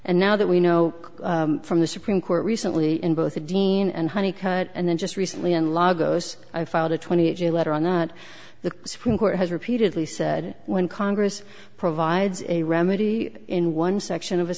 and now that we know from the supreme court recently in both the deen and honey cut and then just recently in law goes i filed a twenty eight a letter on that the supreme court has repeatedly said when congress provides a remedy in one section of a